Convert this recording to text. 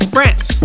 France